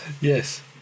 Yes